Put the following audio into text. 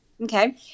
Okay